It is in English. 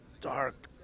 dark